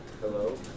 Hello